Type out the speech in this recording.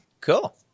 Cool